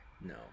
no